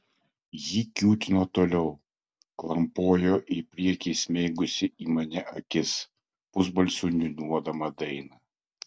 ji kiūtino toliau klampojo į priekį įsmeigusi į mane akis pusbalsiu niūniuodama dainą